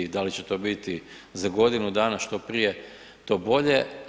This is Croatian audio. Da li će to biti za godinu dana, što prije, to bolje.